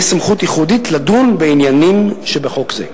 סמכות ייחודית לדון בעניינים שבחוק זה.